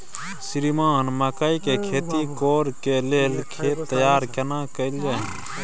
श्रीमान मकई के खेती कॉर के लेल खेत तैयार केना कैल जाए?